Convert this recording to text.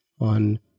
on